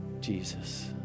Jesus